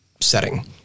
setting